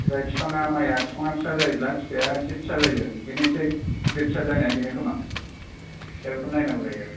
जाय बिफाङा माइया बिफाङा फिसा जायोब्ला फिथाइया इसे फिसा जायो आरो बेनो इसे गिदिर फिसा जानाया बेनो खोमा दा बेखौ नायनांगौ जायो आरो